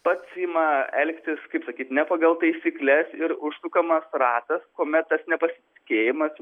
pats ima elgtis kaip sakyt ne pagal taisykles ir užsukamas ratas kuomet tas nepasitikėjimas